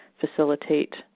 facilitate